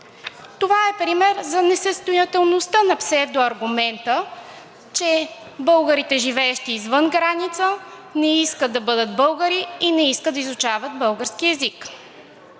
Това е пример за несъстоятелността на псевдоаргумента, че българите, живеещи извън граница, не искат да бъдат българи и не искат да изучават български език.